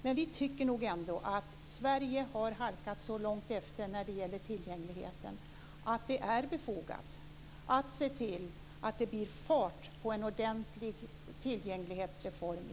Men vi tycker ändå att Sverige har halkat så långt efter när det gäller tillgängligheten att det är befogat att se till att det blir fart på en ordentlig tillgänglighetsreform i